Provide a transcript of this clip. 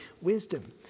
wisdom